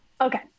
Okay